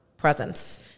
presence